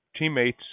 teammate's